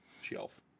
shelf